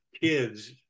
kids